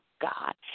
God